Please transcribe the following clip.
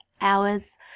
hours